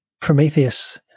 Prometheus